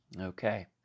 Okay